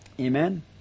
Amen